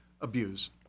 abuse